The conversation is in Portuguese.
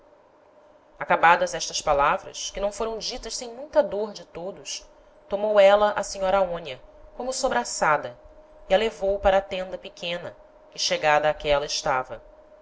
acabadas estas palavras que não foram ditas sem muita dôr de todos tomou éla á senhora aonia como sobraçada e a levou para a tenda pequena que chegada áquela estava